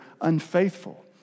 unfaithful